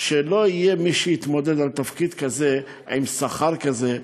שלא יהיה מי שיתמודד על תפקיד כזה עם שכר כזה.